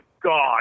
god